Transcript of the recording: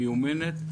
מיומנת,